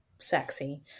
sexy